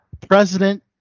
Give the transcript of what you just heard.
President